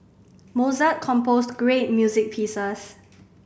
Mozart composed great music pieces